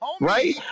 right